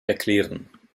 erklären